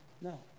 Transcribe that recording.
No